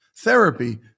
Therapy